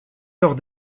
lors